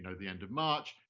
and the end of march,